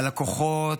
הלקוחות,